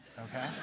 Okay